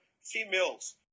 females